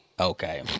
Okay